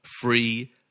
free